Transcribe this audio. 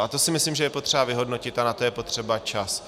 A to si myslím, že je potřeba vyhodnotit a na to je potřeba čas.